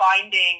finding